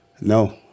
no